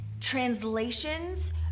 translations